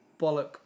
Bollock